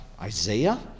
Isaiah